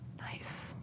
Nice